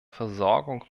versorgung